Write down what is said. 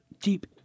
deep